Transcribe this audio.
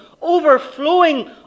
overflowing